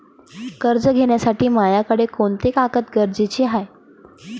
कर्ज घ्यासाठी मायाकडं कोंते कागद गरजेचे हाय?